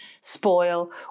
spoil